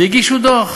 והגישו דוח.